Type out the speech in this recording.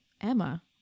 Emma